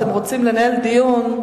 אתם רוצים לנהל דיון,